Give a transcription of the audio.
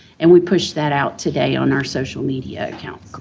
and we pushed that out today on our social media account.